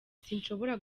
sinshobora